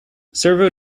servo